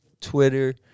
Twitter